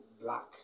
black